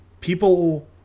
people